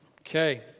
Okay